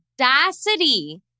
audacity